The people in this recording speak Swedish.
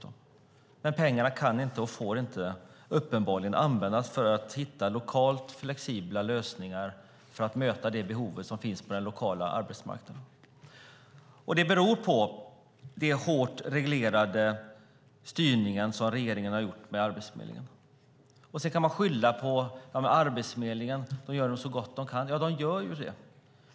Men pengarna kan och får uppenbarligen inte användas för att hitta lokala flexibla lösningar för att möta det behov som finns på den lokala arbetsmarknaden, och det beror på regeringens hårt reglerade styrning av Arbetsförmedlingen. Sedan kan man säga att arbetsförmedlingarna nog gör så gott de kan. Ja, de gör ju det.